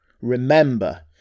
Remember